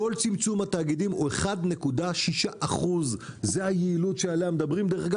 כל צמצום התאגידים הוא 1.6%. זו היעילות שעליה מדברים דרך אגב,